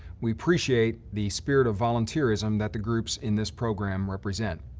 we appreciate the spirit of volunteerism that the groups in this program represent.